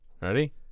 Ready